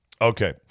Okay